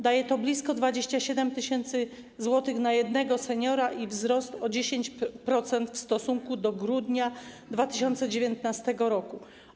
Daje to blisko 27 tys. zł na jednego seniora i wzrost o 10% w stosunku do grudnia 2019 r.